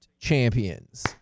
champions